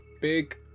big